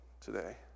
today